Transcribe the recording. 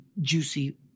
juicy